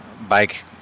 bike